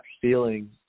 feeling